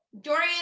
dorian